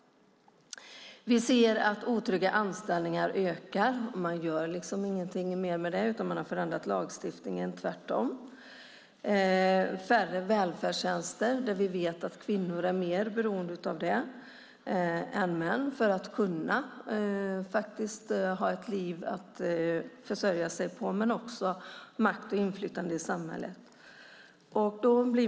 Vi ser att otrygga anställningar ökar. Man gör inget åt det utan har tvärtom förändrat lagstiftningen åt det hållet. Det är färre välfärdstjänster, som vi vet att kvinnor är mer beroende av än män för att kunna försörja sig och få makt och inflytande i samhället.